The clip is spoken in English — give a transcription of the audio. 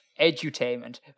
edutainment